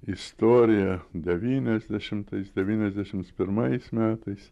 istorija devyniasdešimtais devyniasdešims pirmais metais